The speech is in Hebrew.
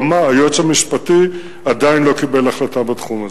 היועץ המשפטי עדיין לא קיבל החלטה בתחום הזה.